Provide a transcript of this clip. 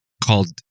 called